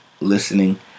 listening